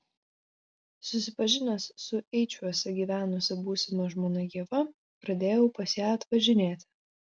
susipažinęs su eičiuose gyvenusia būsima žmona ieva pradėjau pas ją atvažinėti